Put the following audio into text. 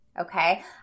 okay